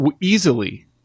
easily